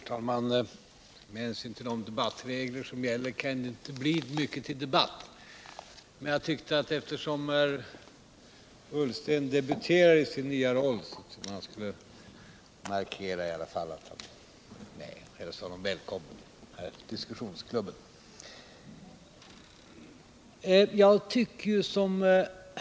Herr talman! Med hänsyn till de debattregler som gäller kan det inte bli mycket till debatt. Men jag tyckte att eftersom Ola Ullsten debuterar i sin nya roll, skulle jag i alla fall hälsa honom välkommen i diskussionsklubben. Jag tycker som C.-H.